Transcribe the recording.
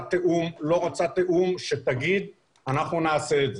תיאום או לא רוצה תיאום אבל שתאמר ואנחנו נעשה זאת.